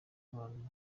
abantu